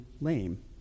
lame